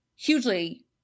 hugely